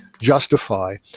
justify